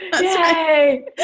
yay